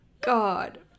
god